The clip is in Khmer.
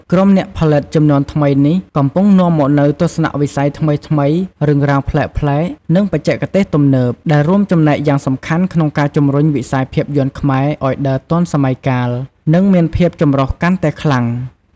ក្រុមអ្នកផលិតជំនាន់ថ្មីនេះ កំពុងនាំមកនូវទស្សនវិស័យថ្មីៗ រឿងរ៉ាវប្លែកៗ និងបច្ចេកទេសទំនើប ដែលរួមចំណែកយ៉ាងសំខាន់ក្នុងការជំរុញវិស័យភាពយន្តខ្មែរឱ្យដើរទាន់សម័យកាល និងមានភាពចម្រុះកាន់តែខ្លាំង។